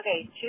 Okay